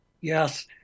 Yes